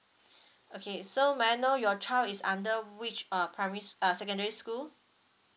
okay so may I know your child is under which uh primary s~ uh secondary school